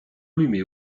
allumée